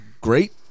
great